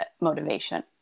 motivation